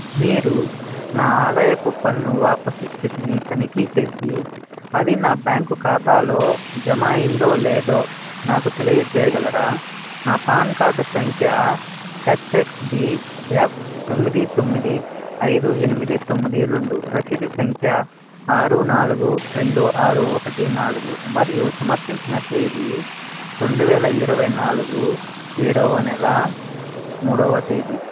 మీరు నా ఆదాయపు పన్ను వాపసు స్థితిని తనిఖీ చేసి అది నా బ్యాంకు ఖాతాలో జమ అయ్యిందో లేదో నాకు తెలియజేయగలరా నా పాన్ కార్డ్ సంఖ్య హెచ్ఎక్స్డిఎఫ్ తొమ్మిది తొమ్మిది ఐదు ఎనిమిది తొమ్మిది రెండు రసీదు సంఖ్య ఆరు నాలుగు రెండు ఆరు ఒకటి నాలుగు మరియు సమర్పించిన తేదీ రెండు వేల ఇరవై నాలుగు ఏడవ నెల మూడవ తేది